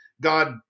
God